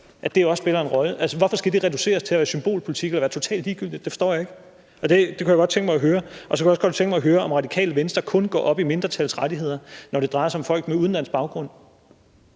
kost, også spiller en rolle. Hvorfor skal det reduceres til at være symbolpolitik og være totalt ligegyldigt? Det forstår jeg ikke. Det kunne jeg godt tænke mig at høre om. Og så kunne jeg også godt tænke mig at høre, om Det Radikale Venstre kun går op i mindretals rettigheder, når det drejer sig om folk med udenlandsk baggrund.